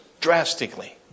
drastically